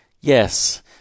Yes